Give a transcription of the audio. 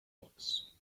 books